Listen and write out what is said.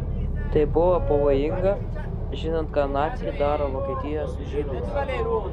tai buvo pavojinga žinant ką naciai daro vokietijoje su žydais